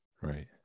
Right